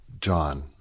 John